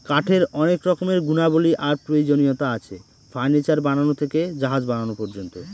কাঠের অনেক রকমের গুণাবলী আর প্রয়োজনীয়তা আছে, ফার্নিচার বানানো থেকে জাহাজ বানানো পর্যন্ত